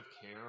care